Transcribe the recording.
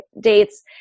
dates